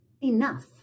enough